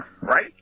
Right